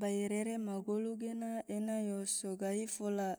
bairere ma golu gena ena yo so gahi fola